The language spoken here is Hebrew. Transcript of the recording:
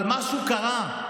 אבל משהו קרה,